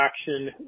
action